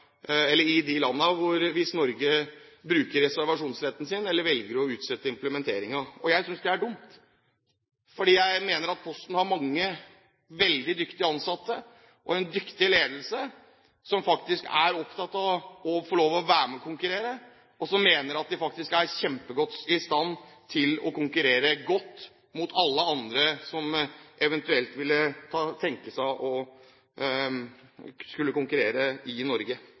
utsette implementeringen. Jeg synes det er dumt, fordi jeg mener Posten har mange veldig dyktige ansatte og en dyktig ledelse som faktisk er opptatt av å få lov til å være med og konkurrere, og som mener at de faktisk er kjempegodt i stand til å konkurrere med alle andre som eventuelt ville tenke seg å konkurrere i Norge.